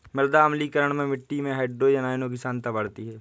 मृदा अम्लीकरण में मिट्टी में हाइड्रोजन आयनों की सांद्रता बढ़ती है